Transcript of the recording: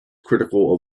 critical